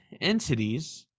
entities